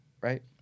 right